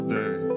day